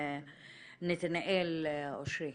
נתנאל אשרי,